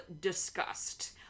disgust